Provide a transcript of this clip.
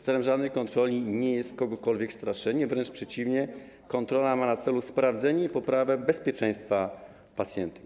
Celem żadnej kontroli nie jest straszenie kogokolwiek, wręcz przeciwnie, kontrola ma na celu sprawdzenie i poprawę bezpieczeństwa pacjentów.